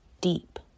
deep